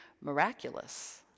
miraculous